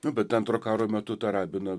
nu bet antro karo metu tą rabiną